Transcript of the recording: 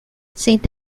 saint